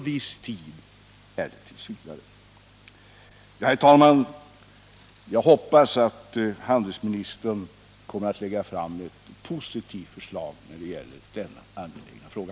Herr talman! Jag hoppas att handelsministern kommer att lägga fram ett positivt förslag i denna angelägna fråga.